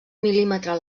mil·límetre